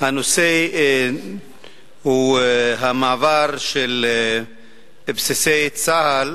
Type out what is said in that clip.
הנושא הוא המעבר של בסיסי צה"ל